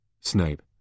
Snape